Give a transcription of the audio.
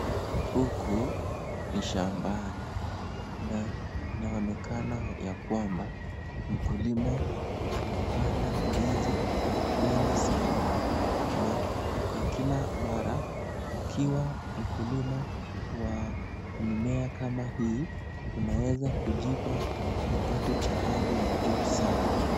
Huku ni shambani. Na inaonekana ya kwamba mkulima amepanda ndizi kwa wingi sana. Na kwa kila mara ukiwa mkulima wa mmea kama hii, unaweza kujipa kipato cha hali ya juu sana.